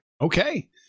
Okay